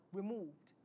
removed